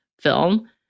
film